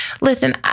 Listen